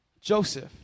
Joseph